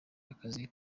akazi